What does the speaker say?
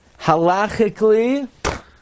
halachically